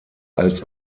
als